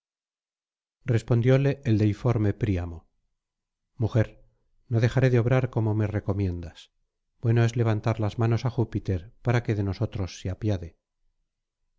respondióle el deiforme príamo mujer no dejaré de obrar como me recomiendas bueno es levantar las manos á júpiter para que de nosotros se apiade